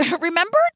Remember